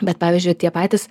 bet pavyzdžiui tie patys